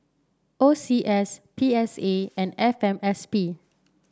O C S P S A and F M S P